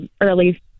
early